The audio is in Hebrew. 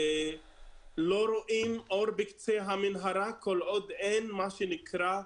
לא רואים אור בקצה המנהרה כל עוד אין, מה שנקרא,